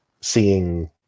seeing